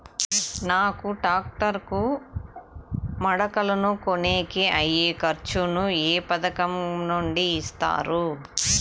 నాకు టాక్టర్ కు మడకలను కొనేకి అయ్యే ఖర్చు ను ఏ పథకం నుండి ఇస్తారు?